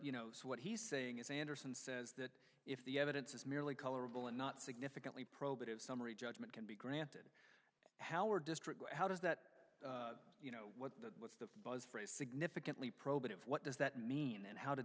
you know what he's saying is anderson says that if the evidence is merely colorable and not significantly probative summary judgment can be granted how our district how does that you know what's the buzz phrase significantly probative what does that mean and how to